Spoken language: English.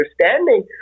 understanding